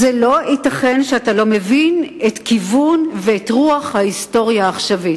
לא ייתכן שאתה לא מבין את הכיוון ואת רוח ההיסטוריה העכשווית.